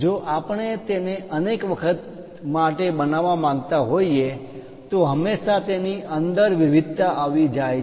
જો આપણે તેને અનેક વખત માટે બનાવવામાં માંગતા હોઈએ તો હંમેશા તેની અંદર વિવિધતા આવી જાય છે